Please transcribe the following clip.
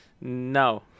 no